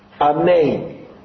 Amen